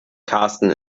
karsten